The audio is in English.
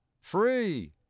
free